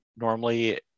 normally